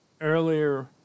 earlier